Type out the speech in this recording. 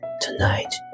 tonight